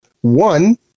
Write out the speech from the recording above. one